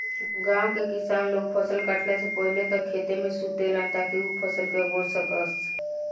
गाँव के किसान लोग फसल काटला से पहिले तक खेते में सुतेलन ताकि उ फसल के अगोर सकस